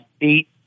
eight